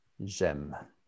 J'aime